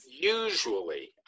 Usually